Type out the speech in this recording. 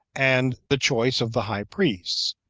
and the choice of the high priests,